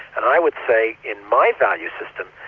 and i would say, in my value system,